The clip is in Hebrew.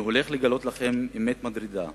אני הולך לגלות לכם אמת מדאיגה